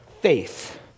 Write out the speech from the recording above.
faith